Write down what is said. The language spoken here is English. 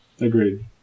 Agreed